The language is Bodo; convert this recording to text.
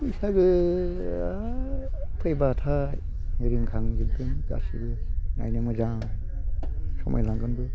बैसागोआ फैबाथाय रिंखांजोबगोन गासिबो नायनो मोजां समायलांगोनबो